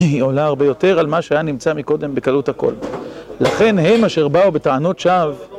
היא עולה הרבה יותר על מה שהיה נמצא מקודם בכללות הכל. לכן הם אשר באו בטענות שווא...